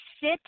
sit